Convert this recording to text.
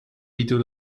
video